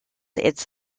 its